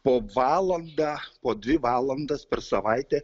po valandą po dvi valandas per savaitę